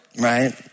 right